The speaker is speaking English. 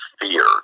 fear